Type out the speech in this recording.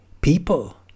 people